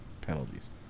penalties